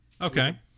Okay